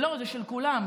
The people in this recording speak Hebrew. לא, זה של כולם.